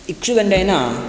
इक्षुदण्डेन